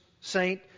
saint